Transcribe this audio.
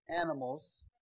animals